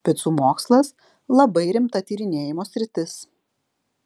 picų mokslas labai rimta tyrinėjimo sritis